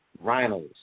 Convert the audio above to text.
Rhinos